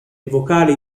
vocali